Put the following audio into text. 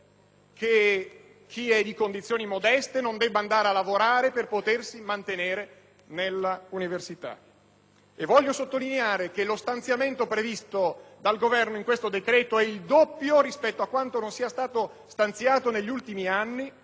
che chi è di condizioni modeste non debba andare a lavorare per potersi mantenere nell'università. Voglio sottolineare che lo stanziamento previsto dal Governo in questo decreto è doppio rispetto a quanto non sia stato stanziato negli ultimi anni,